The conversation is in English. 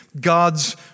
God's